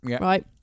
right